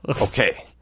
Okay